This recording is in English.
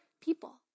people